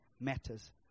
matters